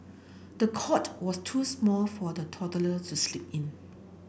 the cot was too small for the toddler to sleep in